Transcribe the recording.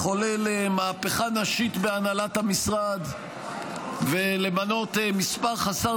לחולל מהפכה נשית בהנהלת המשרד ולמנות מספר חסר